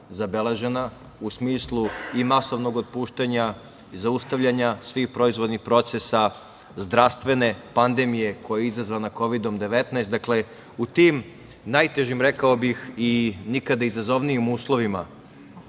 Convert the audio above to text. u smislu masovnog otpuštanja, zaustavljanja svih proizvodnih procesa, zdravstvene pandemije koja je izazvana Kovidom 19.Dakle, u tim najtežim, rekao bih i nikada izazovnijim uslovima,